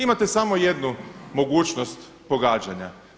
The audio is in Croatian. Imate samo jednu mogućnost pogađanja.